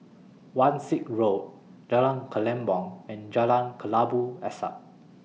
Wan Shih Road Jalan Kelempong and Jalan Kelabu Asap